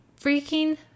freaking